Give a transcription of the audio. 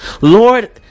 lord